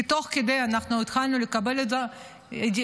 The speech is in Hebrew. כי תוך כדי אנחנו התחלנו לקבל את הידיעה